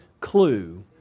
clue